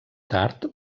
tard